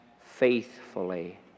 faithfully